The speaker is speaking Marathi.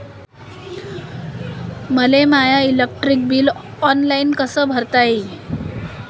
मले माय इलेक्ट्रिक बिल ऑनलाईन कस भरता येईन?